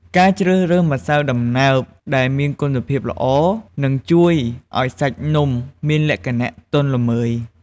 ការជ្រើសរើសម្សៅដំណើបដែលមានគុណភាពល្អ នឹងជួយឲ្យសាច់នំមានលក្ខណៈទន់ល្មើយ ។